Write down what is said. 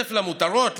כסף למותרות?